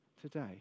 today